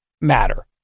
matter